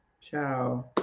ciao